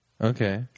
Okay